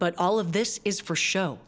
but all of this is for show